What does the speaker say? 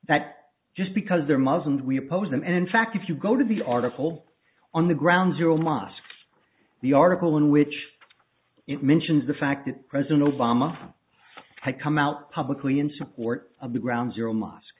that just because they're muslims we oppose them and in fact if you go to the article on the ground zero mosque the article in which it mentions the fact that president obama had come out publicly in support of the ground zero mosque